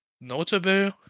notable